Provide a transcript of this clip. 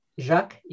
Jacques